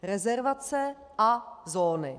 Rezervace a zóny.